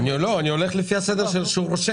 היא לא דרך זה אלא דרך